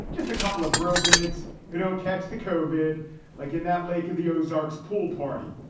just a couple of but vids who don't catch the covid like in that lake of the ozarks pool party.